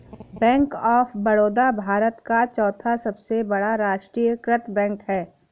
bank of Baroda Bharat का चौथा सबसे बड़ा राष्ट्रीयकृत बैंक है